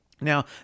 Now